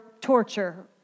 torture